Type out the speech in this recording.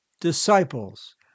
disciples